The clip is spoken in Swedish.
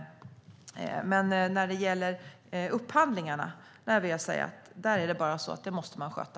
Men när det gäller upphandlingarna är det bara så att det måste man sköta.